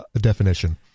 definition